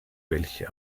welche